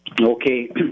Okay